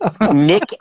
Nick